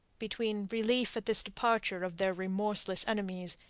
between relief at this departure of their remorseless enemies,